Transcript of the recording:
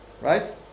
Right